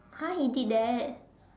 !huh! he did that